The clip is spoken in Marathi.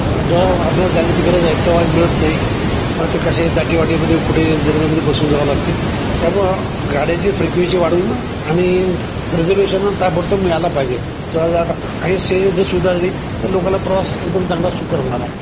जो आपल्याला जाण्याची गरज आहे तो मिळत नाही मग ते कसे दाटीवाटीमध्ये कुठे जनरलमध्ये बसून जावं लागते त्यामुळे गाड्याची फ्रिक्वेन्सी वाढून आणि रिजर्वेशन ताबडतोब मिळालं पाहिजे जोवर स जर सुद्धा झाली तर लोकांना प्रवास एकदम चांगला सुकर होणार आहे